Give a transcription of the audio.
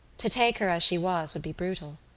to take her as she was would be brutal.